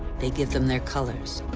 they give them their colors.